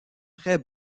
très